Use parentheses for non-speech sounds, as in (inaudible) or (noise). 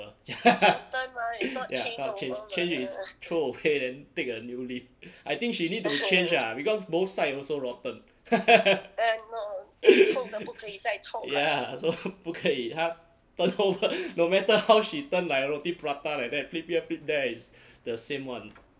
(laughs) ya not change change is throw away then take a new leaf I think she need to change ah because both sides also rotten (laughs) ya so 不可以他 turn over no matter how she turn like roti prata like that flip here flip there is the same [one]